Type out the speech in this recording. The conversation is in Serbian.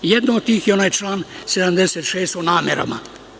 Jedna od tih je onaj član 76. o namerama.